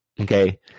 okay